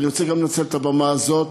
אני רוצה גם לנצל את הבמה הזאת,